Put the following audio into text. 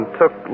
took